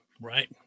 right